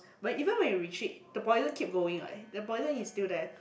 but even when you retreat the poison keep going what the poison is still there